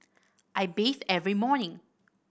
I bathe every morning